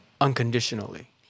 unconditionally